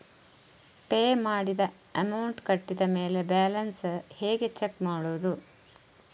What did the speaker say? Pay ಮಾಡಿದ amount ಕಟ್ಟಿದ ಮೇಲೆ ಬ್ಯಾಲೆನ್ಸ್ ಹೇಗೆ ಚೆಕ್ ಮಾಡುವುದು?